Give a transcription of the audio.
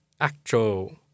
actual